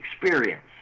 experience